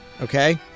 Okay